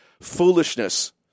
foolishness